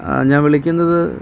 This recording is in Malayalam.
ഞാൻ വിളിക്കുന്നത്